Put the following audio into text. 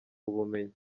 ubumenyi